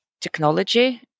technology